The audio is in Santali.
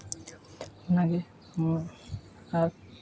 ᱚᱱᱟᱜᱮ ᱟᱨ